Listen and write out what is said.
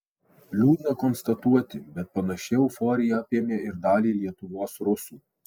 liūdna konstatuoti bet panaši euforija apėmė ir dalį lietuvos rusų